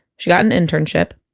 she got an internship,